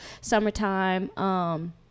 Summertime